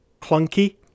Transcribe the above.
clunky